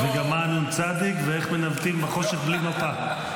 וגם מה הנ"צ ואיך הם מנווטים בחושך בלי מפה.